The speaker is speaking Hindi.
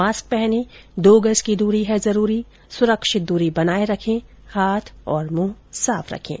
मास्क पहनें दो गज की दूरी है जरूरी सुरक्षित दूरी बनाए रखें हाथ और मुंह साफ रखें